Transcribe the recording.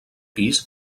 pis